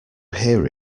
hear